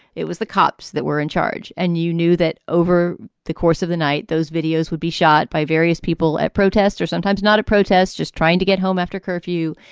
it was the cops that were in charge. and you knew that over the course of the night those videos would be shot by various people at protests or sometimes not a protest, just trying to get home after curfew,